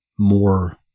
more